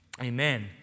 Amen